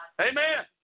Amen